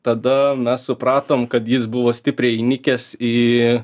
tada mes supratom kad jis buvo stipriai įnikęs į